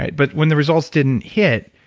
but when the results didn't hit,